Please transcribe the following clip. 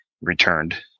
returned